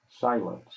silence